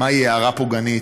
מהי הערה פוגענית,